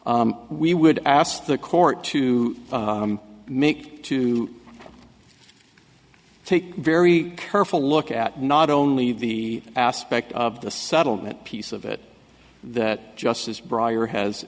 we would ask the court to to make take very careful look at not only the aspect of the settlement piece of it that justice brier has